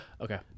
okay